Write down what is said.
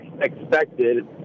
expected